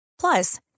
Plus